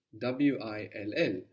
W-I-L-L